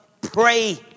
pray